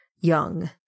young